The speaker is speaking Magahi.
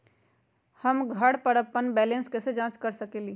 हम घर पर अपन बैलेंस कैसे जाँच कर सकेली?